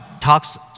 talks